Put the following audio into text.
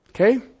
Okay